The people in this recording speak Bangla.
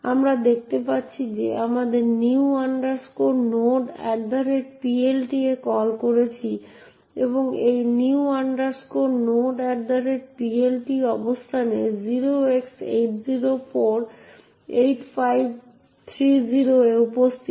আমরা দেখতে পাচ্ছি যে আমরা new nodePLT এ কল করছি এবং এই new nodePLT অবস্থান 0x8048530 এ উপস্থিত